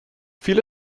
viele